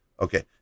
Okay